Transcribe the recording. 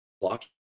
block